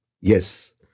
Yes